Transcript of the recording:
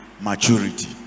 maturity